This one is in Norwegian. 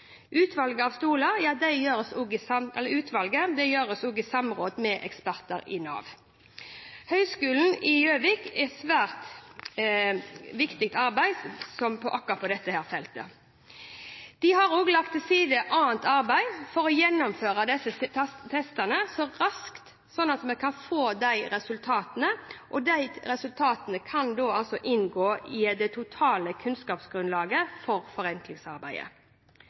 Utvalget av stoler gjøres i samråd med eksperter i Nav. Høgskolen i Gjøvik gjør et svært viktig arbeid på dette feltet. De har også lagt til side annet arbeid for å gjennomføre disse testene raskt, slik at resultatene kan inngå i det totale kunnskapsgrunnlaget for forenklingsarbeidet. Pris og byggeaktivitet for de minste boligene er sentrale begrunnelser for å vurdere kavene til tilgjengelighet i